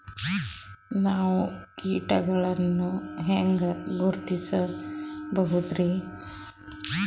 ನಾವು ಕೀಟಗಳನ್ನು ಹೆಂಗ ಗುರುತಿಸಬೋದರಿ?